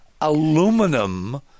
aluminum